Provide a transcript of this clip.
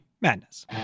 Madness